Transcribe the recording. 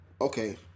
Okay